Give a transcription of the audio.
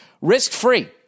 Risk-free